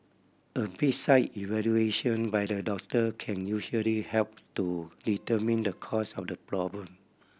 a bedside evaluation by the doctor can usually help to determine the cause of the problem